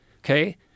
okay